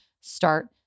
start